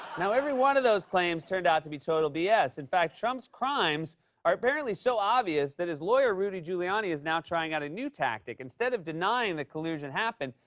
now, every one of those claims turned out to be total b s. in fact, trump's crimes are apparently so obvious that his lawyer, rudy giuliani, is now trying out a new tactic. instead of denying that collusion happened,